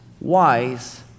wise